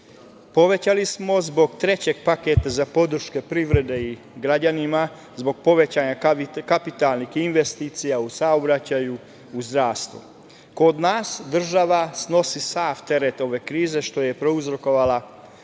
Povećali smo zbog trećeg paketa za podršku privredi i građanima, zbog povećanja kapitalnih investicija u saobraćaju, u zdravstvu. Kod nas država snosi sav teret ove krize koju je prouzrokovala